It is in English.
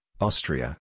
Austria